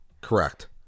correct